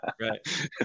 Right